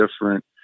different